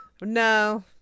no